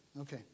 okay